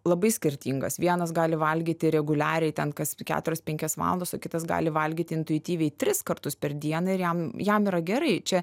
labai skirtingas vienas gali valgyti reguliariai ten kas keturias penkias valandas o kitas gali valgyti intuityviai tris kartus per dieną ir jam jam yra gerai čia